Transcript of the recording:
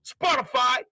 Spotify